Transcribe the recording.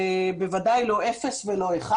בוודאי לא אפס ו לא אחד.